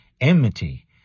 enmity